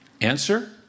Answer